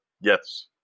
Yes